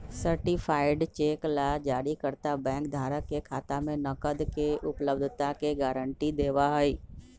certified cheque ला जारीकर्ता bank धारक के खाता में नकद के उपलब्धता के गारंटी देवा हई